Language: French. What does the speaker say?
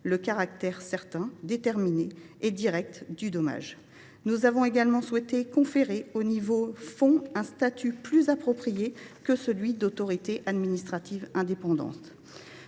le caractère certain, déterminé et direct du dommage. Nous avons également souhaité conférer au nouveau fonds un statut plus approprié que celui d’autorité administrative indépendante.